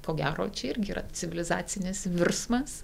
ko gero čia irgi yra civilizacinis virsmas